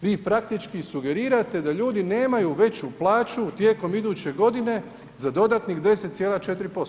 Vi praktički sugerirate da ljudi nemaju veću plaću tijekom iduće godine za dodatnih 10,4%